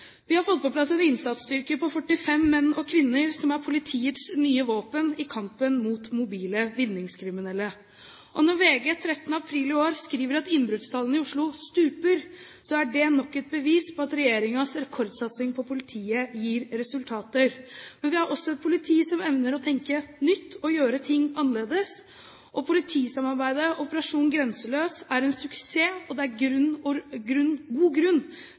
Vi har fått på plass en innsatsstyrke på 45 menn og kvinner som er politiets nye våpen i kampen mot mobile vinningskriminelle. Når VG 13. april i år skriver at innbruddstallene i Oslo stuper, er det nok et bevis på at regjeringens rekordsatsing på politiet gir resultater. Vi har også et politi som evner å tenke nytt og gjøre ting annerledes. Politisamarbeidet Operasjon Grenseløs er en suksess, og det er god grunn